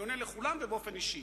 ובאופן אישי.